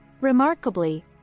Remarkably